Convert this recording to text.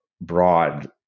broad